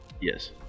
Yes